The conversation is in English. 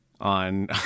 on